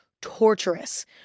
torturous